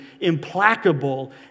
implacable